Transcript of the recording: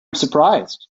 surprised